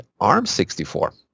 ARM64